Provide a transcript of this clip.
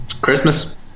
Christmas